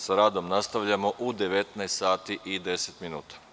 Sa radom nastavljamo u 19 sati i 10 minuta.